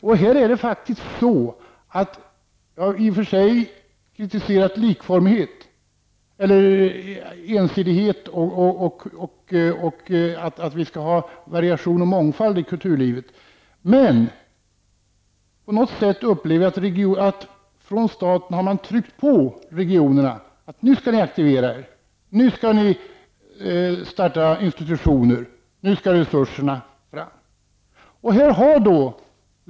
Jag har visserligen kritiserat ensidighet och sagt att vi skall ha variation och mångfald i kulturlivet, men jag upplever att man på något sätt från statens sida har tryckt på regionerna att de skall aktivera sig, starta institutioner och att resurser skall fram.